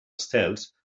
estels